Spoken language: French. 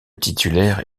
titulaire